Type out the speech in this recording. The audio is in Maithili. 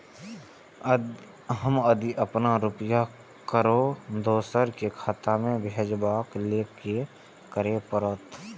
हम यदि अपन रुपया ककरो दोसर के खाता में भेजबाक लेल कि करै परत?